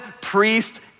priest